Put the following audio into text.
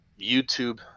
YouTube